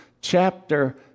chapter